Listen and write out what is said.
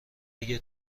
اگه